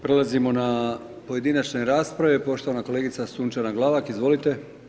Prelazimo na pojedinačne rasprave, poštovana kolegica Sunčana Glavak, izvolite.